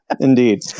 indeed